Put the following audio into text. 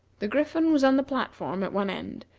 the griffin was on the platform at one end,